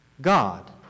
God